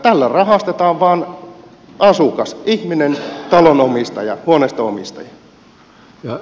tällä rahastetaan vain asukas ihminen talon omistaja huoneiston omistaja